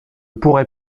pourrai